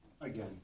again